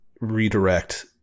redirect